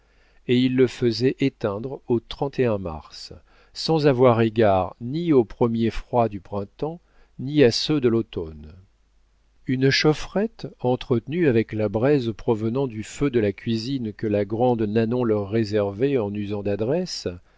et il le faisait éteindre au trente et un mars sans avoir égard ni aux premiers froids du printemps ni à ceux de l'automne une chaufferette entretenue avec la braise provenant du feu de la cuisine que la grande nanon leur réservait en usant d'adresse